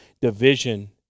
division